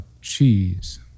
cheese